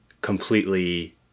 completely